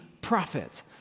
prophet